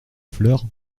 fleur